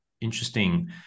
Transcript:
interesting